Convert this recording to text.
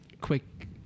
quick